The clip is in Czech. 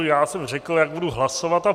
Já jsem řekl, jak budu hlasovat a proč.